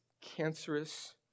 cancerous